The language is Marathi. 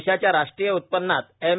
देशाच्या राष्ट्रीय उत्पन्नात एम